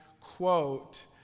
quote